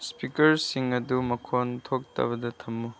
ꯏꯁꯄꯤꯀꯔꯁꯤꯡ ꯑꯗꯨ ꯃꯈꯣꯟ ꯊꯣꯛꯇꯕꯗ ꯊꯝꯃꯨ